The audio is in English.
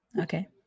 Okay